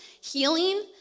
healing